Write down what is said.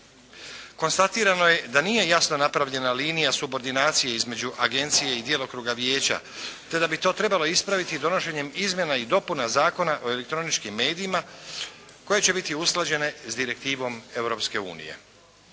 Konstatirano je da nije jasno napravljena linija subordinacije između Agencije i djelokruga Vijeća te da bi to trebalo ispraviti donošenjem izmjena i dopuna Zakona o elektroničkim medijima koje će biti usklađene s direktivom